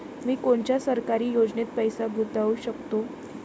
मी कोनच्या सरकारी योजनेत पैसा गुतवू शकतो?